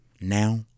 Now